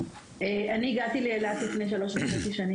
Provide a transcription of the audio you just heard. אני הגעתי לאילת לפני שלוש שנים וחצי,